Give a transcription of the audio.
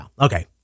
okay